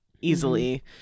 easily